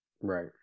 Right